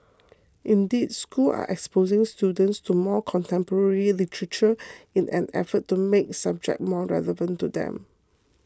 indeed schools are exposing students to more contemporary literature in an effort to make subject more relevant to them